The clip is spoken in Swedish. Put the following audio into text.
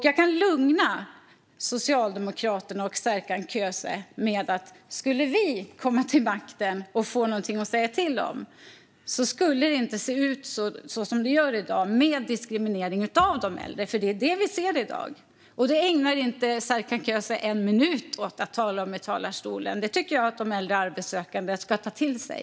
Jag kan lugna Socialdemokraterna och Serkan Köse med att skulle vi komma till makten och få någonting att säga till om skulle det inte se ut som det gör i dag med diskriminering av de äldre. Det är det vi ser i dag, och det ägnar inte Serkan Köse en minut åt att tala om i talarstolen. Det tycker jag att de äldre arbetssökande ska ta till sig.